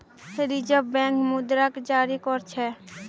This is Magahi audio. रिज़र्व बैंक मुद्राक जारी कर छेक